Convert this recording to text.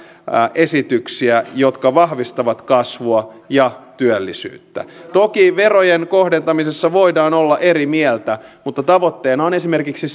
esityksiä jotka vahvistavat kasvua ja työllisyyttä toki verojen kohdentamisesta voidaan olla eri mieltä mutta tavoitteena on esimerkiksi